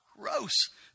Gross